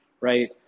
right